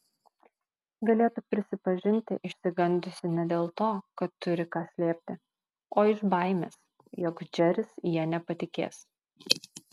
galėtų prisipažinti išsigandusi ne dėl to kad turi ką slėpti o iš baimės jog džeris ja nepatikės